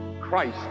Christ